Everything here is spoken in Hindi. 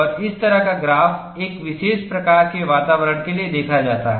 और इस तरह का ग्राफ एक विशेष प्रकार के वातावरण के लिए देखा जाता है